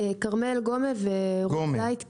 אני כרמל גומא, ונמצאת איתי גם רות זית.